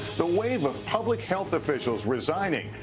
the wave of public health officials resigning.